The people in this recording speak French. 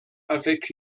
avec